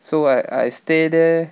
so I I stay there